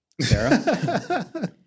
Sarah